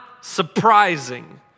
surprising